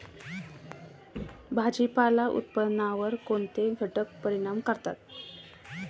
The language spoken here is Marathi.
भाजीपाला उत्पादनावर कोणते घटक परिणाम करतात?